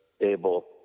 able